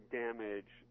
damage –